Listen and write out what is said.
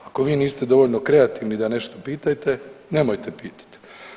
Ako vi niste dovoljno kreativni da nešto pitate, nemojte pitati.